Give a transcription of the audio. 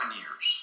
years